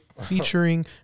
featuring